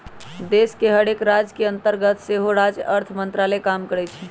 देश के हरेक राज के अंतर्गत सेहो राज्य अर्थ मंत्रालय काम करइ छै